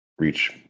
Reach